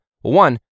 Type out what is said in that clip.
one